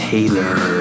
Taylor